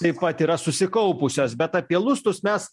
taip pat yra susikaupusios bet apie lustus mes